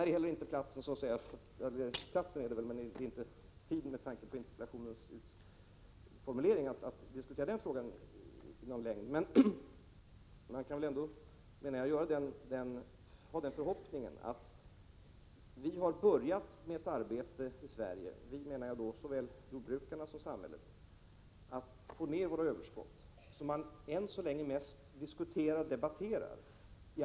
Med tanke på interpellationens formulering är detta inte rätt tillfälle att mera ingående diskutera den frågan, men jag vill ändå göra ett par kommentarer. I Sverige har vi — jag menar då såväl jordbrukarna som samhället — påbörjat ett arbete med att minska våra överskott som man i andra länder ute på kontinenten och i internationella sammanhang ännu så länge mest diskuterar och debatterar.